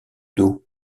dos